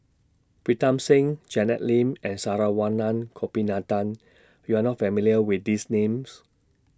Pritam Singh Janet Lim and Saravanan Gopinathan YOU Are not familiar with These Names